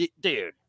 dude